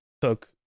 took